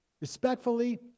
respectfully